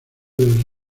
del